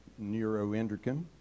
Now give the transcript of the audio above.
neuroendocrine